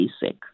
basic